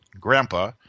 Grandpa